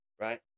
Right